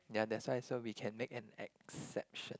ya that's why so we can make an exception